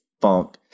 funk